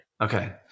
Okay